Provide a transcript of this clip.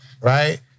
Right